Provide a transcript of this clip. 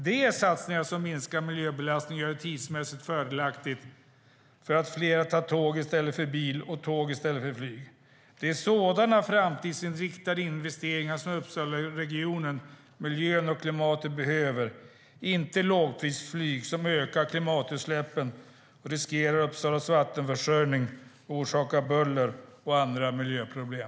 Det är satsningar som minskar miljöbelastningen och är tidsmässigt fördelaktiga, för att fler tar tåg i stället för bil och tåg i stället för flyg. Det är sådana framtidsinriktade investeringar som Uppsalaregionen, miljön och klimatet behöver, inte lågprisflyg som ökar klimatutsläppen, riskerar Uppsalas vattenförsörjning och orsakar buller och andra miljöproblem.